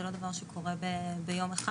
זה לא דבר שקורה ביום אחד.